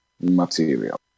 material